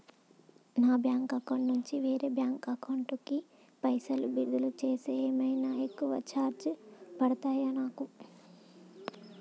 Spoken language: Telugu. నా బ్యాంక్ అకౌంట్ నుండి వేరే బ్యాంక్ అకౌంట్ కి పైసల్ బదిలీ చేస్తే ఏమైనా ఎక్కువ చార్జెస్ పడ్తయా నాకు?